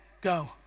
Go